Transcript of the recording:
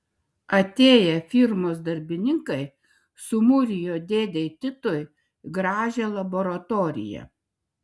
atėję firmos darbininkai sumūrijo dėdei titui gražią laboratoriją